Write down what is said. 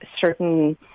certain